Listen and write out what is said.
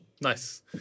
nice